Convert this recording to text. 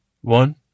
One